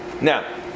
Now